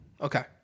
Okay